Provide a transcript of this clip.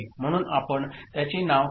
म्हणून आपण त्याचे नाव Q R S T